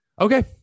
Okay